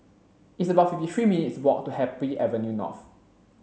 it's about fifty three minutes' walk to Happy Avenue North